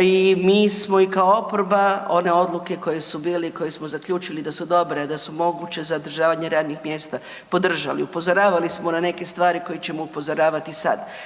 i mi smo i kao oporba one odluke koje su bile i koje smo zaključili da su dobre, da su moguće, zadržavanje radnih mjesta, podržali. Upozoravali smo na neke stvari koje ćemo upozoravati sad.